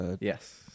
Yes